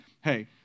hey